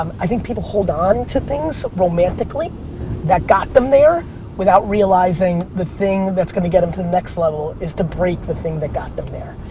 um i think people hold onto things romantically that got them there without realizing the thing that's gonna get em to the next level is to break the thing that got them there.